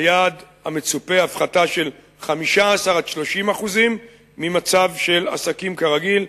היעד המצופה הוא הפחתה של 15% 30% ממצב של "עסקים כרגיל".